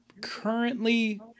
currently